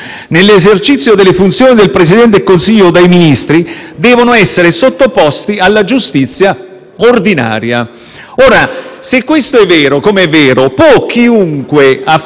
ordinaria. Se questo è vero, come è vero, può chiunque affermare che l'azione politica è esente dal giudizio? Penso in maniera convinta di